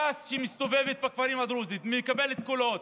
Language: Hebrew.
ש"ס, שמסתובבת בכפרים הדרוזיים ומקבלת קולות,